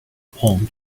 palm